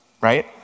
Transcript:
right